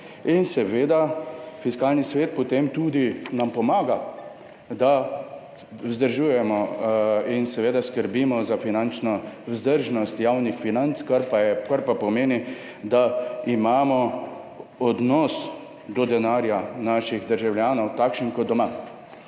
in seveda nam Fiskalni svet potem tudi pomaga, da vzdržujemo in skrbimo za finančno vzdržnost javnih financ, kar pa pomeni, da imamo takšen odnos do denarja naših državljanov kot doma.